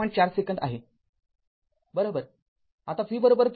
४ second आहेबरोबर